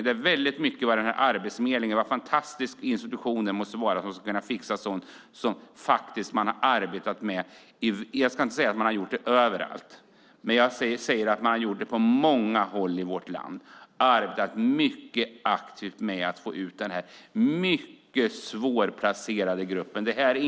Arbetsförmedlingen måtte vara en fantastisk institution som ska kunna fixa sådant som man, inte överallt men på många håll i vårt land har arbetat mycket aktivt med: att få ut den här mycket svårplacerade gruppen på arbetsmarknaden.